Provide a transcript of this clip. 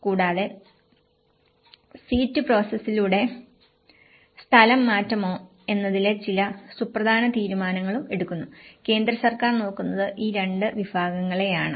കൂടാതെ സീറ്റു പ്രോസസ്സിലൂടെ സ്ഥലം മാറ്റണമോ എന്നതിലെ ചില സുപ്രധാന തീരുമാനങ്ങളും എടുക്കുന്നു കേന്ദ്ര സർക്കാർ നോക്കുന്നത് ഈ രണ്ട് വിഭാഗങ്ങളെയാണ്